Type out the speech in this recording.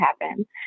happen